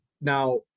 Now